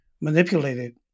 manipulated